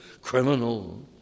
criminal